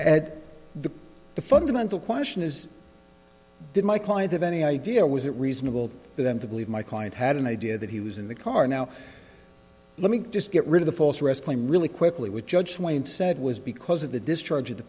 the the fundamental question is did my client have any idea was it reasonable for them to believe my client had an idea that he was in the car now let me just get rid of the false arrest claim really quickly with judge wayne said was because of the discharge of the